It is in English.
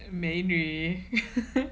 美女